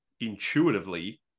intuitively